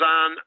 on